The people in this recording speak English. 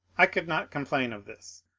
i could not complain of this.